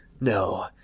No